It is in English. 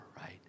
right